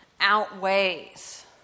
outweighs